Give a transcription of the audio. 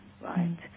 right